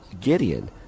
Gideon